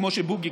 בוגי,